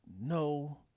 no